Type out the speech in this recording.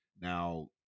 now